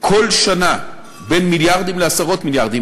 כל שנה בין מיליארדים לעשרות מיליארדים,